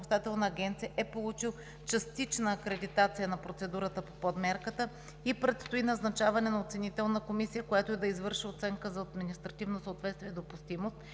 „Земеделие“ е получил частична акредитация на процедурата по Подмярката и предстои назначаване на оценителна комисия, която да извърши оценка за административно съответствие и допустимост